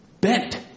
bent